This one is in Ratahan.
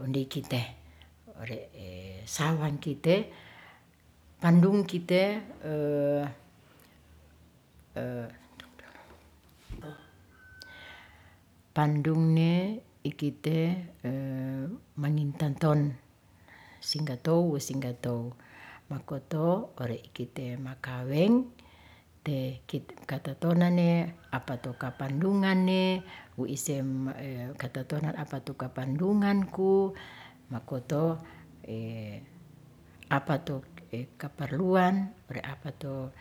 onedei kite sawang kite pandung kite, pandungne ikite mangintanton, singgatow wasinggatow, makoto ore' kite makaweng te katatonan ne apato kapandungan ne wo ise katatonan apatu kapandunganku makoto apatu kaparluan ore' apato